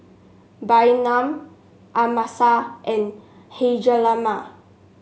Bynum Amasa and Hjalmer